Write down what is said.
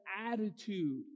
attitude